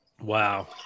Wow